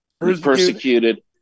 Persecuted